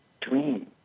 dream